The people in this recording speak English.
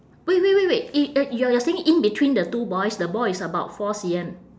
wait wait wait wait eh uh you are you are saying in between the two boys the ball is about four C_M